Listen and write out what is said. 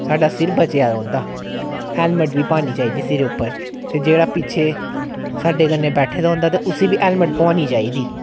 साढ़ा सिर बचेआ रौंह्दा हेलमैट बी पानी चाहिदी सिरै उप्पर ते जेह्ड़ा पिच्छै साड्डे कन्नै बैठे दा होंदा तां उसी बी हेलमैट पोआनी चाहिदी